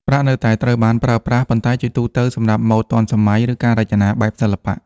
ប្រាក់នៅតែត្រូវបានប្រើប្រាស់ ប៉ុន្តែជាទូទៅសម្រាប់ម៉ូដទាន់សម័យ ឬការរចនាបែបសិល្បៈ។